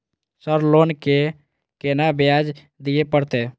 Sir loan के केना ब्याज दीये परतें?